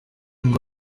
ngo